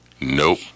Nope